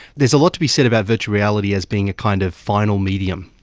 there is a lot to be said about virtual reality as being a kind of final medium,